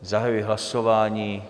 Zahajuji hlasování.